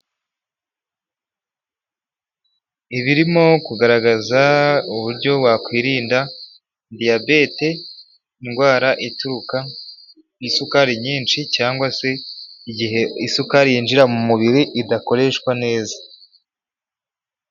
Ibirimo kugaragaza uburyo wakwirinda Diyabete, indwara ituruka ku isukari nyinshi cyangwa se igihe isukari yinjira mu mubiri idakoreshwa neza.